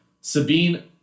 Sabine